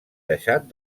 deixat